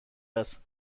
است